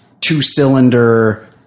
two-cylinder